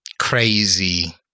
crazy